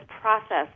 process